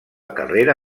carrera